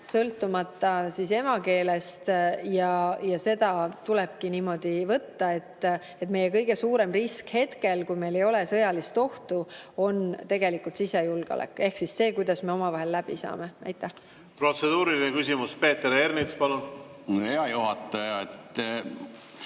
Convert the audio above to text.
sõltumata emakeelest, ja seda tulebki niimoodi võtta, et meie kõige suurem risk hetkel, kui meile ei ole sõjalist ohtu, on tegelikult sisejulgeolek ehk see, kuidas me omavahel läbi saame. Protseduuriline küsimus, Peeter Ernits, palun! Protseduuriline